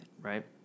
right